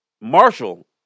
Marshall